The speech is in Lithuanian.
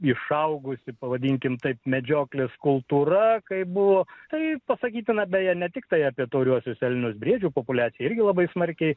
išaugusi pavadinkim taip medžioklės kultūra kaip buvo tai pasakytina beje ne tiktai apie tauriuosius elnius briedžių populiacija irgi labai smarkiai